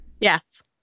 Yes